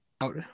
out